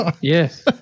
Yes